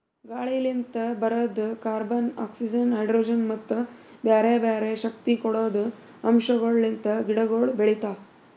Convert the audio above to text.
ಗಾಳಿಲಿಂತ್ ಬರದ್ carbon, oxygen, hydrogen ಮತ್ತ ಬ್ಯಾರೆ ಬ್ಯಾರೆ ಶಕ್ತಿ ಕೊಡದ್ ಅಂಶಗೊಳ್ ಲಿಂತ್ ಗಿಡಗೊಳ್ ಬೆಳಿತಾವ್